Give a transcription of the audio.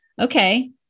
okay